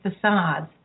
facades